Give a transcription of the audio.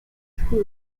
cris